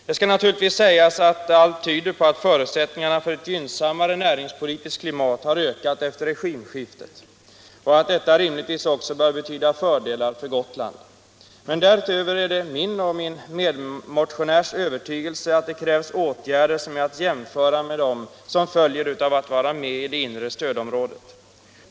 Det skall naturligtvis sägas att allt tyder på att förutsättningarna för ett gynnsammare näringspolitiskt klimat har ökat efter regimskiftet och att detta rimligtvis också bör betyda fördelar för Gotland. Men därutöver är det min och min medmotionärs övertygelse att det krävs åtgärder som är att jämföra med dem som följer av att vara med i det inre stödområdet.